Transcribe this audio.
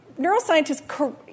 neuroscientists